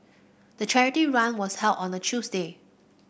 the charity run was held on a Tuesday